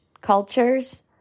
cultures